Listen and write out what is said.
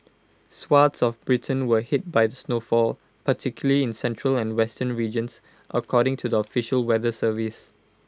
swathes of Britain were hit by the snowfall particularly in central and western regions according to the official weather service